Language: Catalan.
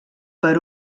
per